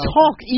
talk